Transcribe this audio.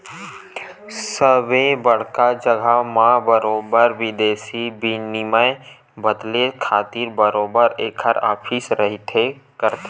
सबे बड़का जघा मन म बरोबर बिदेसी बिनिमय बदले खातिर बरोबर ऐखर ऑफिस रहिबे करथे